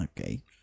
okay